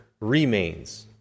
remains